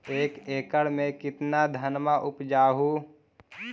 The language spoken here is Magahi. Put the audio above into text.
एक एकड़ मे कितना धनमा उपजा हू?